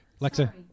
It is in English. Alexa